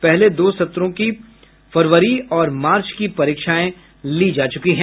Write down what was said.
पहले दो सत्र फरवरी और मार्च की परीक्षा ली जा चुकी है